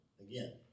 again